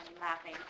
laughing